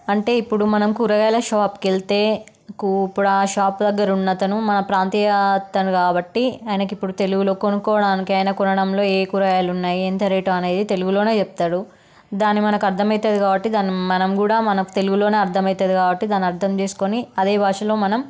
అంటే ఇప్పుడు మనం కూరగాయల షాప్కి వెళ్తే ఇప్పుడు ఆ షాప్ దగ్గర ఉన్న తను మన ప్రాంతీయ అతను కాబట్టి ఆయనకి ఇప్పుడు తెలుగులో కొనుకోవడానికి ఆయన కొనడంలో ఏ కూరగాయలు ఉన్నాయి ఎంత రేటు అనేది తెలుగులోనే చెప్తాడు దాన్ని మనకి అర్థం అవుతుంది కాబట్టి దాన్ని మనం కూడా మన తెలుగులోనే అర్థం అవుతుంది కాబట్టి దాని అర్థం చేసుకొని అదే భాషలో మనం